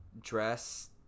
dress